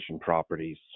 properties